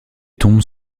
tombes